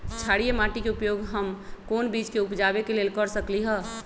क्षारिये माटी के उपयोग हम कोन बीज के उपजाबे के लेल कर सकली ह?